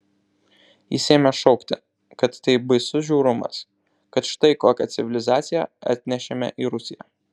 jis ėmė šaukti kad tai baisus žiaurumas kad štai kokią civilizaciją atnešėme į rusiją